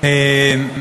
פרמיות,